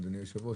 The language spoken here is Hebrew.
אדוני היושב-ראש,